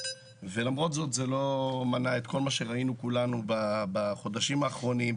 ולמרות זאת זה לא מנע את כל מה שראינו כולנו בחודשים האחרונים,